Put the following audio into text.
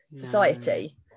society